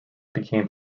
became